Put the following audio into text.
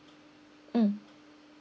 mm